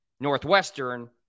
Northwestern